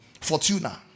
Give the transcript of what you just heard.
Fortuna